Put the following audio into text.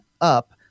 up